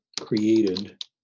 created